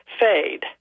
fade